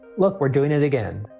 look, we're doing it again.